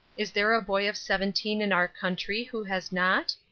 is there a boy of seventeen in our country who has not?